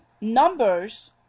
Numbers